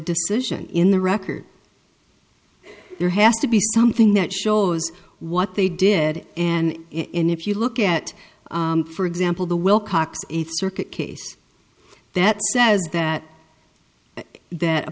decision in the record there has to be something that shows what they did and in if you look at for example the wilcox eighth circuit case that says that that